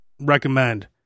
recommend